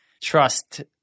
trust